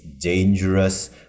dangerous